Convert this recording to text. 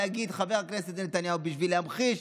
אומר "חבר הכנסת נתניהו" בשביל להמחיש,